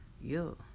Yo